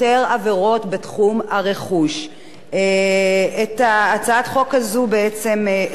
את הצעת החוק הזאת בעצם גיבשתי וכתבתי בעקבות